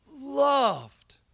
loved